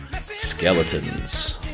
Skeletons